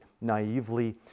naively